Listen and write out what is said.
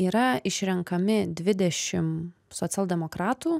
yra išrenkami dvidešim socialdemokratų